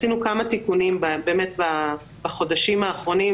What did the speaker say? עשינו כמה תיקונים בחודשים האחרונים,